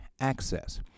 access